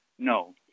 No